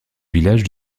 village